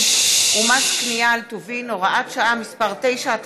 ומס קנייה על טובין (הוראת שעה מס' 9),